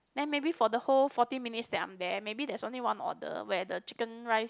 then maybe for the whole forty minutes that I'm there maybe there's only one order where the chicken rice